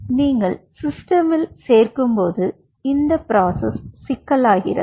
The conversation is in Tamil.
எனவே நீங்கள் சிஸ்டெமில் சேர்க்கும்போது இந்த பிராசஸ் சிக்கலாகிறது